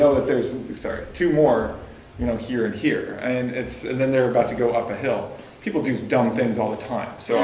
know that there is you start to more you know here and here and it's and then they're about to go up the hill people do dumb things all the time so